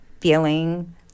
feeling